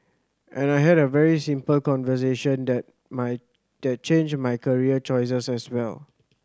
and I had a very simple conversation that my that changed my career choices as well